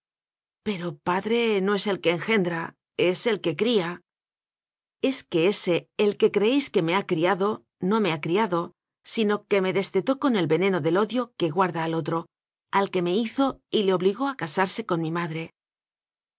pero padre no es el que engendra es el que cría es que ese el que creéis que me ha cria do np me ha criado sino que me destetó con el veneno del odio que guarda al otro al que me hizo y le obligó a casarse con mi madre